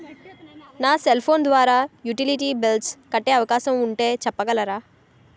నా cell phone ద్వారా utility bills కట్టే అవకాశం ఉంటే చెప్పగలరా?